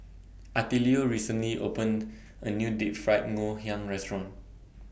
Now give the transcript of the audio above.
Attilio recently opened A New Deep Fried Ngoh Hiang Restaurant